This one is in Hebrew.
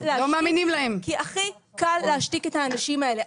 כי הכי קל להשתיק את האנשים האלה.